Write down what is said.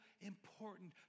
important